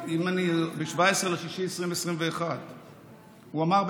ב-17 ביוני 2021. הוא אמר,